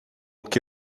que